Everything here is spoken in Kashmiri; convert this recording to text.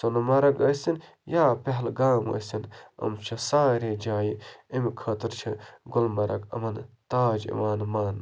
سۄنہٕ مَرگ ٲسِنۍ یا پہلگام ٲسِنۍ یِم چھِ سارے جایہِ امہِ خٲطرٕ چھِ گُلمرگ یِمَن تاج یِوان مانٛنہٕ